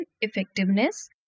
effectiveness